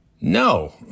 No